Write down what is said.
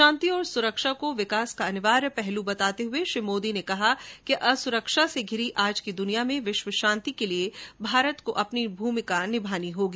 शांति और सुरक्षा को विकास का अनिवार्य पहलू बताते हुए श्री मोदी ने कहा कि असुरक्षा से घिरी आज की दुनिया में विश्व शांति के लिए भारत को अपनी भूमिका निभानी होगी